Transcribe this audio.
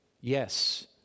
Yes